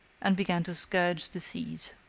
and began to scourge the seas.